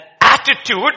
attitude